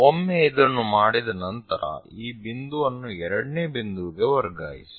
ಒಮ್ಮೆ ಇದನ್ನು ಮಾಡಿದ ನಂತರ ಈ ಬಿಂದುವನ್ನು ಎರಡನೇ ಬಿಂದುವಿಗೆ ವರ್ಗಾಯಿಸಿ